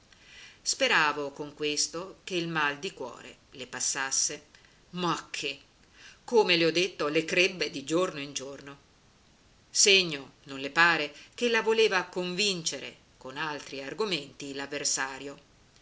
speravo con questo che il mal di cuore le passasse ma che come le ho detto le crebbe di giorno in giorno segno non le pare ch'ella voleva convincere con altri argomenti